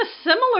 similar